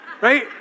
right